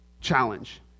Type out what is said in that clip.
challenge